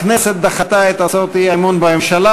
הכנסת דחתה את הצעות האי-אמון בממשלה.